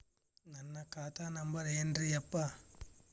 ನನ್ನ ಖಾತಾ ನಂಬರ್ ಏನ್ರೀ ಯಪ್ಪಾ?